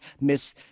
miss